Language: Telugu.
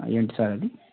ఏంటి సార్ అది